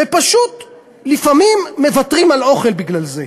ופשוט לפעמים מוותרים על אוכל בגלל זה.